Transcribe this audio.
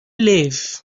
live